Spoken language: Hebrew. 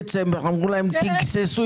אמר שאם לא, אני צריך לעצור את זה.